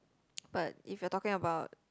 but if you're talking about